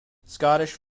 scottish